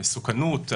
המסוכנות,